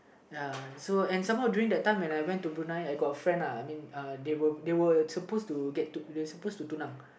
ya and so during that time when I went to Brunei I got a friend uh I mean uh they were they were suppose to get to they suppose to